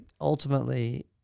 ultimately